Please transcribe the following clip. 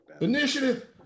initiative